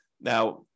Now